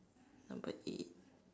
number eight